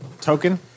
token